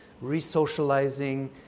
re-socializing